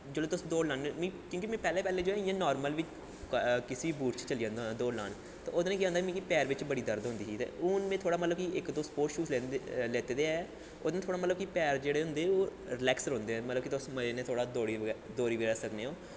जिसलै तुस दौड़ लान्ने होन्ने क्योंकि पैह्लें पैह्लें में इ'यां नार्मल बी किसे बी बूट च चली जंदा होंदा हा दौड़ लान ते ओह्दै कन्नै केह् होंदा हा कि मिगी पैर बिच्च बड़ी दर्द होंदी ही ते हून मतलब कि में इक दो स्पोटस शूज़ लैत्ते दे न ते हून पैर मतलब कि थोह्ड़े होंदे रिलैक्स रौंह्दे न तुस मज़े कन्नै दौड़ी सकने ओ